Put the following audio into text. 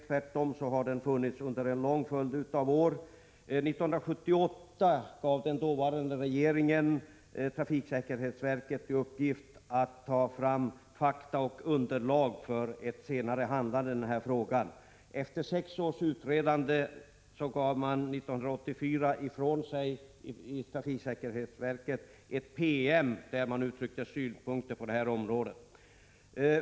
Tvärtom har frågan varit aktuell under en lång följd av år. 1978 uppdrog den dåvarande regeringen åt trafiksäkerhetsverket att ta fram fakta och underlag för ett senare handlande i denna fråga. Efter sex års utredande gav trafiksäkerhetsverket 1984 ifrån sig en PM, där verket anförde synpunkter på saken.